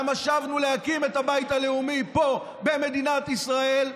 למה שבנו להקים את הבית הלאומי פה במדינת ישראל,